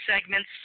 segments